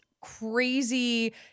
crazy